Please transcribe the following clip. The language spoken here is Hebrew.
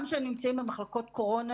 גם כשהם נמצאים במחלקות קורונה,